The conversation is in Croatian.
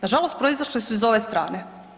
Nažalost proizašle su iz ove strane.